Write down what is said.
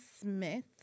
Smith